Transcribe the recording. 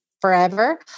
forever